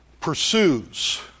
pursues